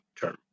term